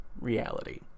reality